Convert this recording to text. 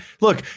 look